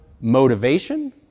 motivation